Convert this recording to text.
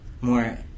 more